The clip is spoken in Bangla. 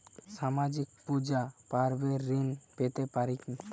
সামাজিক পূজা পার্বণে ঋণ পেতে পারে কি?